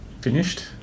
finished